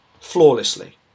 flawlessly